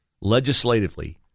legislatively